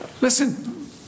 listen